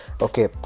Okay